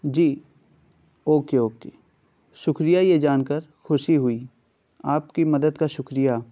جی okay okay شکریہ یہ جان کر خوشی ہوئی آپ کی مدد کا شکریہ